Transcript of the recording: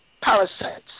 parasites